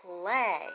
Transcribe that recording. play